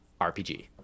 RPG